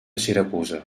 siracusa